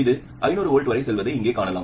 இது ஐநூறு வோல்ட் வரை செல்வதை இங்கே காணலாம்